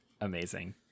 Amazing